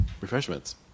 refreshments